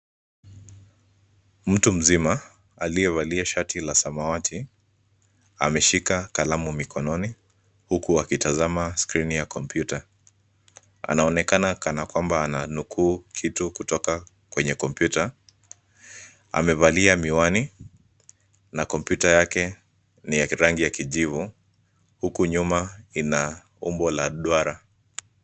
Mtu mzima aliyevalia shati la samawati ameshika kalamu mikononi huku akitazama skirini ya kompyuta. Anaonekana kana kwamba ananukuu kitu kutoka kwenye kompyuta. Amevalia miwani na kompyuta yake ni ya rangi ya kijivu, huku nyuma ina umbo la duara.